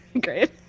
great